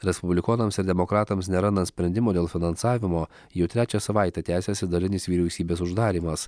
respublikonams ir demokratams nerandant sprendimo dėl finansavimo jau trečią savaitę tęsiasi dalinis vyriausybės uždarymas